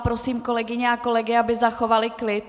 Prosím kolegyně a kolegy, aby zachovali klid.